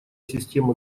системы